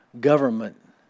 government